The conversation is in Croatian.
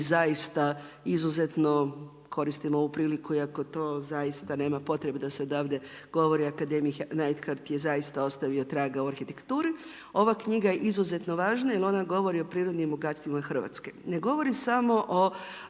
zaista izuzetno koristim ovu priliku iako to zaista nema potrebe da se odavde govori akademik Neidhardt je zaista ostavio traga u arhitekturi. Ova knjiga je izuzetno važna, jer ona govori o prirodnim bogatstvima Hrvatske. Ne govori samo o